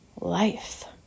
life